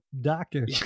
doctor